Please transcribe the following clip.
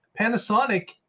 Panasonic